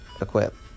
Equip